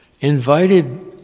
invited